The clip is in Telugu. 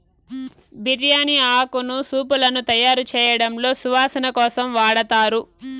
బిర్యాని ఆకును సూపులను తయారుచేయడంలో సువాసన కోసం వాడతారు